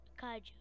kaiju